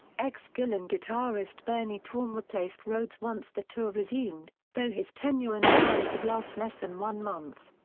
ex-gillan guitarist bernie torme replaced rhoads once the tour resumed, though his tenure in the band would last less than one month.